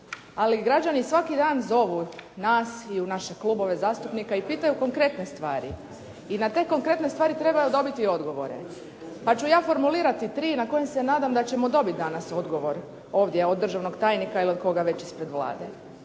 Ali građani svaki dan zovu nas i u naše klubove zastupnika i pitaju konkretne stvari i na te konkretne stvari trebaju dobiti odgovore. Pa ću ja formulirati tri na koje se nadam da ćemo dobiti danas odgovor ovdje od državnog tajnika ili koga već ispred Vlade.